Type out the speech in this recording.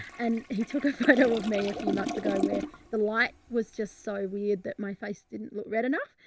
and he took a photo of may a few months ago where the light was just so weird that my face didn't look red enough.